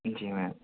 جی میم